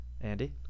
Andy